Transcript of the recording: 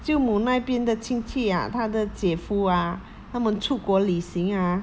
舅母那边的亲戚 ah 她的姐夫啊他们出国旅行 ah